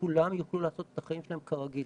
וכולם יוכלו לעשות את החיים שלהם כרגיל.